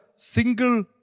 single